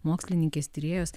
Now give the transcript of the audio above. mokslininkės tyrėjos